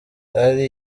ari